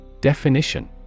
Definition